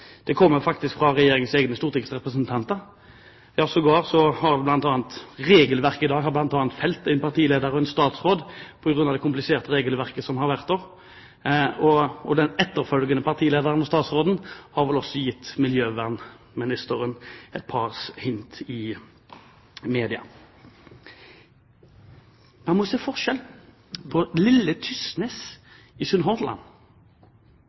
Regjeringens egne stortingsrepresentanter. Det kompliserte regelverket i dag har bl.a. felt en partileder og statsråd, og den etterfølgende partilederen og statsråden har vel også gitt miljøvernministeren et par hint i media. Man må se forskjell på lille Tysnes